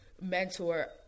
mentor